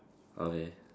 okay